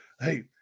hey